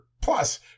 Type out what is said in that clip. plus